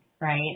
right